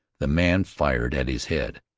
the man fired at his head.